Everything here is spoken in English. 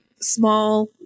small